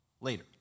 later